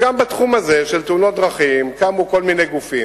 גם בתחום הזה של תאונות דרכים קמו כל מיני גופים,